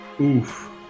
Oof